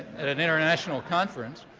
at an international conference,